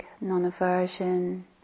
non-aversion